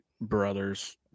brothers